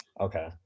Okay